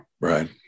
Right